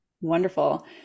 Wonderful